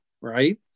Right